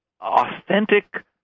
authentic